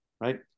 right